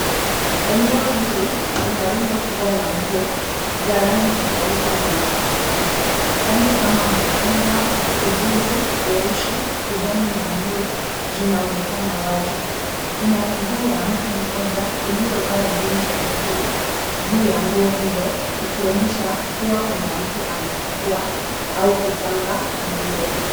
Eneo hili lina rundo kubwa la nguo za rangi tofauti zimetapakaa. Rangi kama machungwa, kijivu, nyeusi, kijani na blue zinaonekana wazi. Kuna miguu ya mtu mmoja iliyovaa jeans ya blue juu ya nguo hizo ikionyesha kuwa kuna mtu anachagua au kupanga nguo.